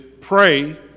pray